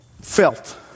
felt